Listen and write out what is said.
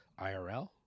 IRL